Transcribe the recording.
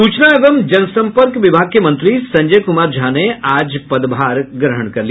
सूचना एवं जनसंपर्क विभाग के मंत्री संजय कुमार झा ने आज पदभार ग्रहण किया